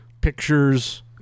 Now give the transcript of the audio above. pictures